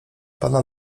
pana